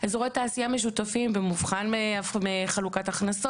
במובחן מחלוקת הכנסות.